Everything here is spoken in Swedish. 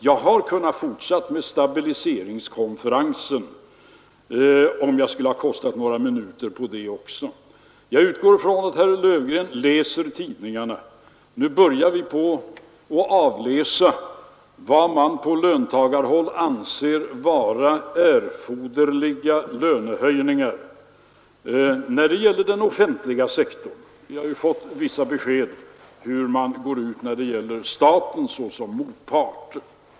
Jag hade kunnat fortsätta med stabiliseringskonferensen om jag hade velat använda några minuter på det också. Jag utgår från att herr Löfgren läser tidningarna. Vi börjar avläsa vad man på löntagarhåll anser vara erforderliga lönehöjningar när det gäller den offentliga sektorn. Vi har fått vissa besked om hur man går ut när det är staten som är motpart.